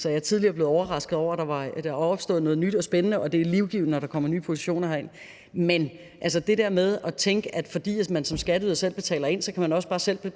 Så jeg er tidligere blevet overrasket over, at der er opstået noget nyt og spændende. Og det er livgivende, når der kommer nye positioner herind. Men til det der med at tænke, at fordi man som skatteyder selv betaler ind,